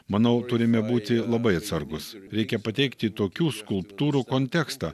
manau turime būti labai atsargūs reikia pateikti tokių skulptūrų kontekstą